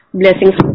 blessings